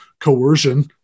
coercion